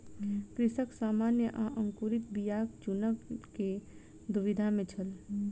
कृषक सामान्य आ अंकुरित बीयाक चूनअ के दुविधा में छल